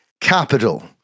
Capital